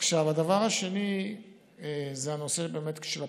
עכשיו, הדבר השני הוא הנושא של הפיקוח.